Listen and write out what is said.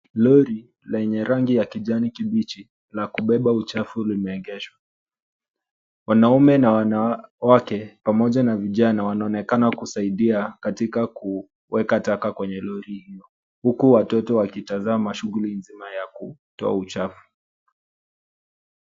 Lori lenye rangi ya kijani kibichi la kubeba uchafu limeegeshwa. Wanaume na wanawake pamoja na vijana wanaonekana kusaidia katika kuweka taka kwenye lori hio huku watoto wakitazama shughuli nzima ya kutoa uchafu.